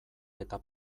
eta